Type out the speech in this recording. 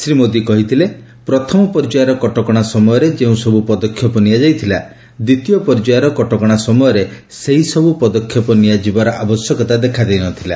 ଶ୍ରୀ ମୋଦି କହିଥିଲେ ପ୍ରଥମ ପର୍ଯ୍ୟାୟର କଟକଶା ସମୟରେ ଯେଉଁସବୁ ପଦକ୍ଷେପ ନିଆଯାଇଥିଲା ଦ୍ୱିତୀୟ ପର୍ଯ୍ୟାୟର କଟକଣା ସମୟରେ ସେହିସବୁ ପଦକ୍ଷେପ ନିଆଯିବାର ଆବଶ୍ୟକତା ଦେଖାଦେଇନଥିଲା